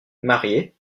marié